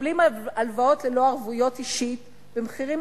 מקבלים הלוואות ללא ערבויות אישית במחירים